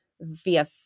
via